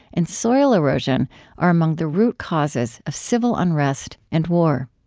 and soil erosion are among the root causes of civil unrest and war